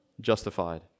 justified